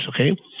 Okay